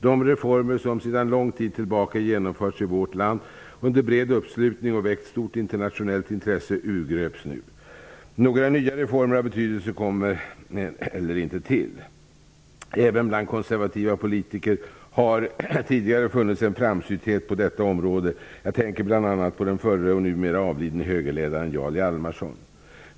De reformer som sedan lång tid tillbaka genomförts i vårt land under bred uppslutning och som väckt stort internationellt intresse urgröps nu. Några nya reformer av betydelse kommer inte heller till. Även bland konservativa politiker har tidigare funnits en framsynthet på detta område. Jag tänker bl.a. på den förre och numera avlidne högerledaren Jarl Hjalmarson.